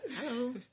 Hello